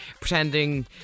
pretending